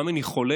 גם אם אני חולק